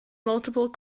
multiple